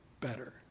better